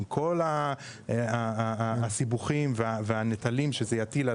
הנכסים והנטלים שהוא יטיל,